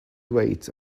weight